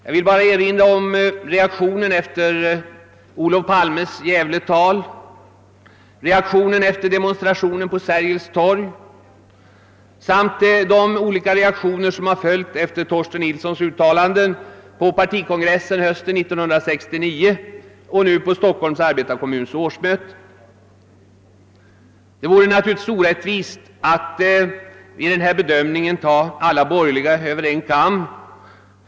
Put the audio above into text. Jag vill bara erinra om aktionen efter Olof Palmes Gävletal, reaktionen efter demonstrationen på Sergels torg samt de olika reaktioner som har följt efter Torsten Nilssons uttalanden på partikongressen hösten 1969 och nu på Stockholms arbetarekommuns årsmöte. Det vore naturligtvis orättvist att i denna bedömning ta alla borgerliga över en kam.